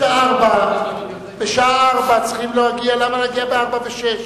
בשעה 16:00 צריכים להגיע, למה להגיע ב-16:06?